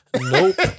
Nope